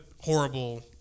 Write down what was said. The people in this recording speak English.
horrible